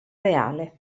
reale